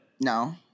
No